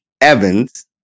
Evans